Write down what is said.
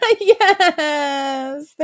Yes